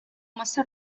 massa